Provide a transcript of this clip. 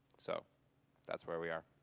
so that's where we are.